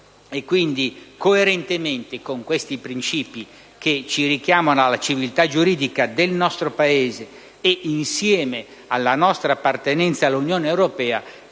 Quindi, coerentemente con questi principi, che ci richiamano alla civiltà giuridica del nostro Paese, insieme alla nostra appartenenza all'Unione europea,